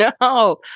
No